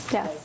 Yes